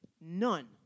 None